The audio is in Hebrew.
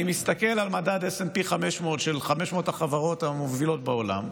אני מסתכל על מדד smp500 של 500 החברות המובילות בעולם,